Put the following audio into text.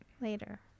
Later